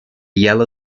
yellow